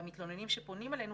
במתלוננים שפונים אלינו.